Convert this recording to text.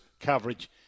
coverage